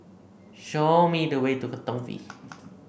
show me the way to Katong V